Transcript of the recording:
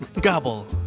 Gobble